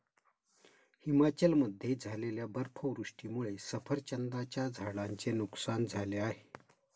हिमाचलमध्ये झालेल्या बर्फवृष्टीमुळे सफरचंदाच्या झाडांचे नुकसान झाले आहे